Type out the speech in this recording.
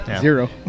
Zero